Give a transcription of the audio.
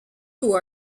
who